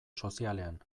sozialean